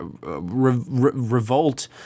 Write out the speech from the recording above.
revolt